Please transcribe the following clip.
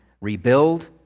rebuild